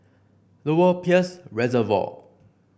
Lower Peirce Reservoir